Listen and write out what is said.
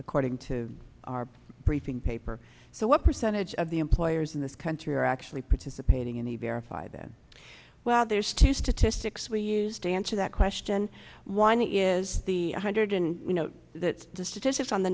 according to our briefing paper so what percentage of the employers in this country are actually participating in the verify that well there's two statistics we used to answer that question one is the one hundred you know that the statistics on the